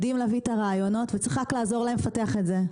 יודעים להביא את הרעיונות וצריך רק לעזור להם לפתח את זה.